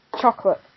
chocolate